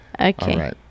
Okay